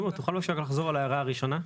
תומר, תוכל בבקשה לחזור על ההערה הראשונה?